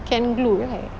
can glue right